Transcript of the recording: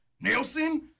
Nelson